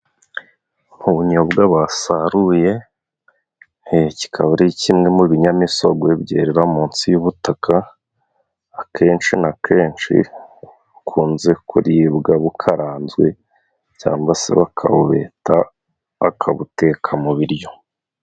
Mu bunyobwa basaruye kikaba ari kimwe mu binyamisogwe byera munsi y'ubutaka. Akenshi na kenshi bukunze kuribwa bukaranzwe cyangwa se bakabubeta bakabuteka mu biryo.